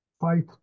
Fight